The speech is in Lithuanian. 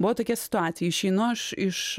buvo tokia situacija išeinu aš iš